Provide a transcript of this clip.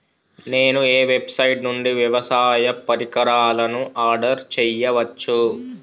నేను ఏ వెబ్సైట్ నుండి వ్యవసాయ పరికరాలను ఆర్డర్ చేయవచ్చు?